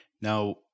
now